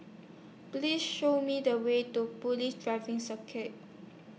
Please Show Me The Way to Police Driving Circuit